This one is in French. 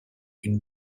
une